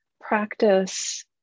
practice